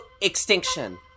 Extinction